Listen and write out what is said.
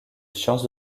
sciences